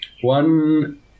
One